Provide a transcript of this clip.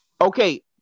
okay